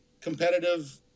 competitive